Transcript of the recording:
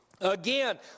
Again